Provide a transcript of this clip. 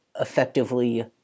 effectively